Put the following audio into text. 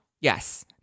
Yes